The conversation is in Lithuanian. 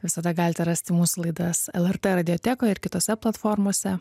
visada galite rasti mūsų laidas lrt radiotekoj ir kitose platformose